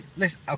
listen